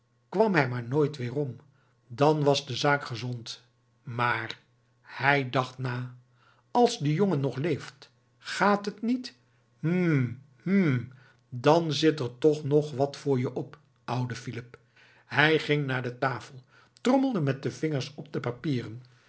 kwam hij maar nooit weerom dan was de zaak gezond maar hij dacht na als de jongen nog leeft gaat het niet hm hm dan zit er toch nog wat voor je op ouwe philip hij ging naar de tafel trommelde met de vingers op de papieren